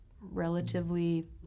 relatively